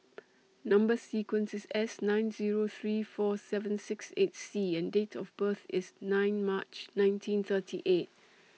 Number sequence IS S nine Zero three four seven six eight C and Date of birth IS nine March nineteen thirty eight